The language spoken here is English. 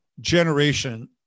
generation